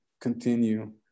continue